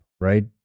right